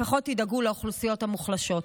לפחות תדאגו לאוכלוסיות המוחלשות.